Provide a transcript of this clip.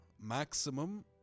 maximum